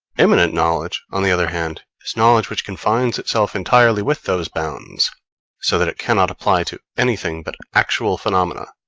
immanent knowledge, on the other hand, is knowledge which confines itself entirely with those bounds so that it cannot apply to anything but actual phenomena.